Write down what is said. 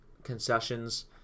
concessions